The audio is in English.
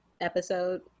episode